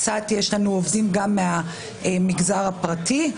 ויש לנו גם עובדים מהמגזר הפרטי.